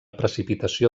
precipitació